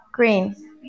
Green